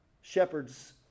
shepherds